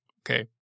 Okay